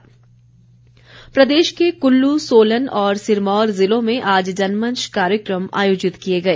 जनमंच प्रदेश के कुल्लू सोलन और सिरमौर ज़िलों में आज जनमंच कार्यक्रम आयोजित किए गए